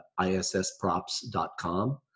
issprops.com